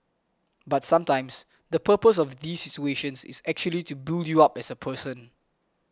but sometimes the purpose of these situations is actually to build you up as a person